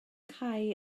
cau